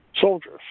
soldiers